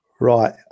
Right